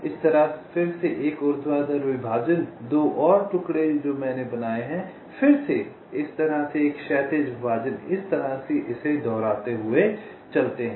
इस तरह फिर से एक ऊर्ध्वाधर विभाजन 2 और टुकड़े जो मैंने बनाए हैं फिर से इस तरह से एक क्षैतिज विभाजन इस तरह से इसे दोहराते हुए चलते हैं